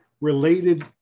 related